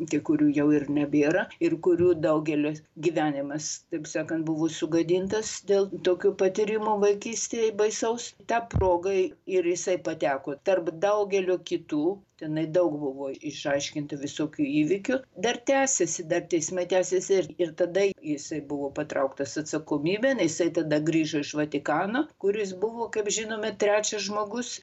tie kurių jau ir nebėra ir kurių daugeliui gyvenimas taip sakant buvo sugadintas dėl tokio patyrimo vaikystėje baisaus ta proga ir jisai pateko tarp daugelio kitų tenai daug buvo išaiškintų visokių įvykių dar tęsiasi dar teismai tęsiasi ir ir tada jisai buvo patrauktas atsakomybėn jisai tada grįžo iš vatikano kur jis buvo kaip žinome trečias žmogus